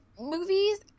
movies